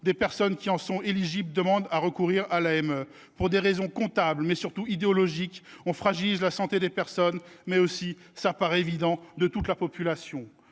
des personnes qui y sont éligibles demandent à recourir à l’AME. Pour des raisons comptables et surtout idéologiques, on fragilise la santé de ces personnes, mais aussi – cela paraît évident – de toute la population.